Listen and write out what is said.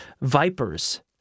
vipers